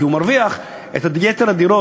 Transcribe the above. כי הוא מרוויח את יתר הדירות,